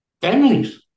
families